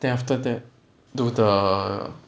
then after that do the what's that the